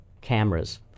cameras